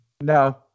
No